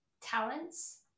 talents